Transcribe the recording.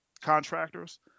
contractors